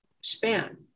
span